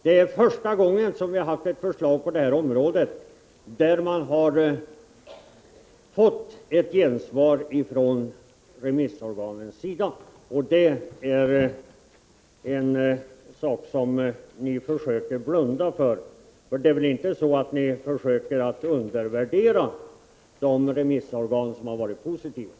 Det är alltså första gången som ett förslag på det här området har mött ett gensvar från remissorganens sida, men det är en sak som ni försöker blunda för. För det är väl inte så att ni försöker undervärdera de remissorgan som har varit positiva?